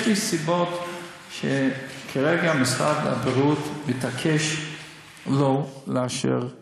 יש לי סיבות שמשרד הבריאות מתעקש שלא לאשר בינתיים.